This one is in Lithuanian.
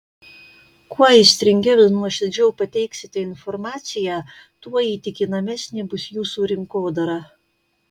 kuo aistringiau ir nuoširdžiau pateiksite informaciją tuo įtikinamesnė bus jūsų rinkodara